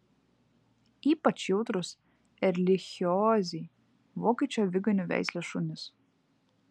ypač jautrūs erlichiozei vokiečių aviganių veislės šunys